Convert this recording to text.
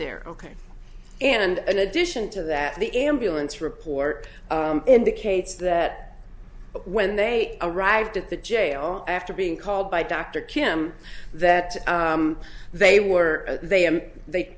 there ok and in addition to that the ambulance report indicates that when they arrived at the jail after being called by dr kim that they were they him they